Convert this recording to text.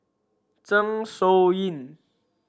Zeng Shouyin